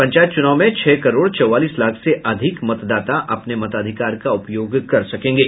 पंचायत चुनाव में छह करोड़ चौवालीस लाख से अधिक मतदाता अपने मताधिकार का उपयोग कर सकेंगे